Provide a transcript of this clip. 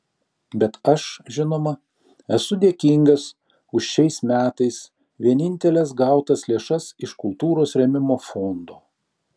bet aš žinoma esu dėkingas už šiais metais vieninteles gautas lėšas iš kultūros rėmimo fondo